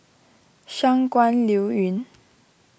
Shangguan Liuyun